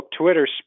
Twitter